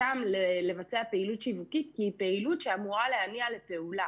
לבצע פעילות שיווקית כי היא פעילות שאמורה להניע לפעולה,